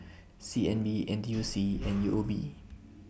C N B N T U C and U O B